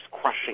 crushing